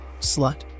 slut